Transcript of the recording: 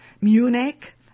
Munich